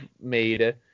made